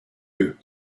you